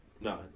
no